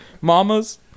mamas